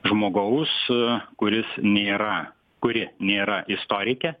žmogaus kuris nėra kuri nėra istorikė